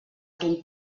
ton